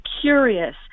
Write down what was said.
curious